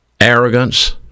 arrogance